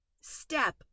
step